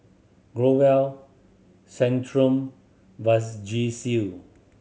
Growell Centrum Vagisil